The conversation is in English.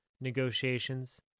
negotiations